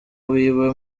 wiwe